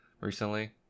recently